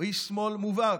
הוא איש שמאל מובהק,